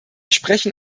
sprechen